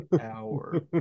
hour